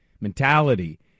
mentality